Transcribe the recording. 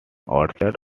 outside